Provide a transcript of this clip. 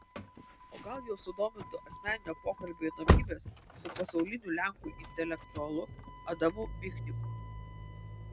o gal juos sudomintų asmeninio pokalbio įdomybės su pasauliniu lenkų intelektualu adamu michniku